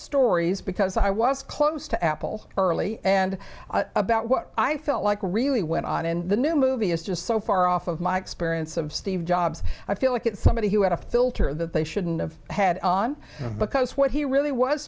stories because i was close to apple early and about what i felt like really went on in the new movie is just so far off of my experience of steve jobs i feel like it's somebody who had a filter that they shouldn't of had on because what he really was